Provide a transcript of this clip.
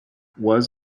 was